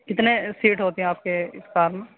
کتنے سیٹ ہوتے ہیں آپ کے کار میں